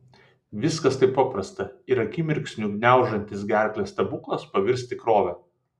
viskas taip paprasta ir akimirksniu gniaužiantis gerklę stebuklas pavirs tikrove